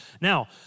Now